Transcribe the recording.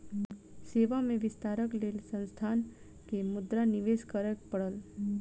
सेवा में विस्तारक लेल संस्थान के मुद्रा निवेश करअ पड़ल